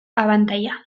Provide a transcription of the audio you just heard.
abantaila